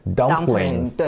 dumplings